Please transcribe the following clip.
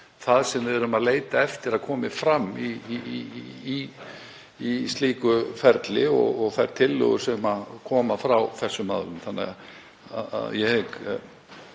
það sem við erum að leita eftir að komi fram í slíku ferli og í þeim tillögum sem koma frá þessum aðilum.